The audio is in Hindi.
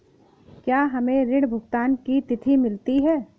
क्या हमें ऋण भुगतान की तिथि मिलती है?